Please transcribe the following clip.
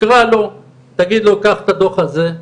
קרא לו, תגיד לו: קח את הדוח הזה,